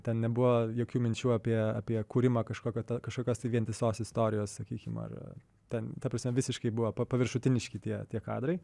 ten nebuvo jokių minčių apie apie kūrimą kažkokio tai kažkokios vientisos istorijos sakykim ar ten ta prasme visiškai buvo pa paviršutiniški tie tie kadrai